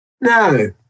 no